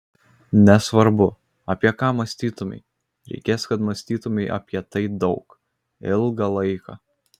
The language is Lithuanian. nesvarbu apie ką mąstytumei reikės kad mąstytumei apie tai daug ilgą laiką